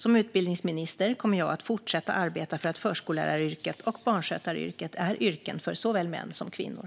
Som utbildningsminister kommer jag att fortsätta att arbeta för att förskolläraryrket och barnskötaryrket är yrken för såväl män som kvinnor.